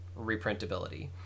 reprintability